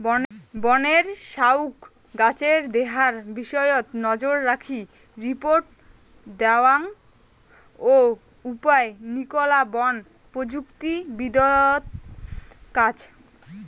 বনের সউগ্ গছের দেহার বিষয়ত নজররাখি রিপোর্ট দ্যাওয়াং ও উপায় নিকলা বন প্রযুক্তিবিদত কাজ